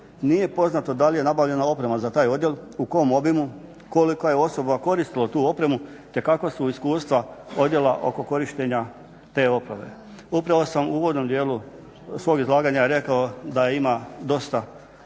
nije poznato da li je nabavljena oprema za taj odjel, u kom obimu, koliko je osoba koristilo tu opremu, te kakva su iskustva odjela oko korištenja te opreme. Upravo sam u uvodnom dijelu svog izlaganja rekao da ima dosta